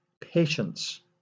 patience